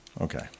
Okay